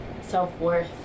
self-worth